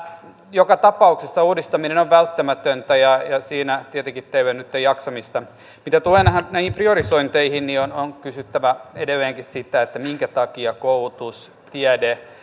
joka tapauksessa uudistaminen on on välttämätöntä ja siinä tietenkin teille nytten jaksamista mitä tulee näihin priorisointeihin niin on kysyttävä edelleenkin sitä minkä takia koulutus tiede